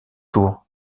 tour